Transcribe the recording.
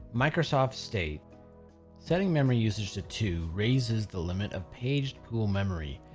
microsoft state setting memory usage to two raises the limit of paged pool memory.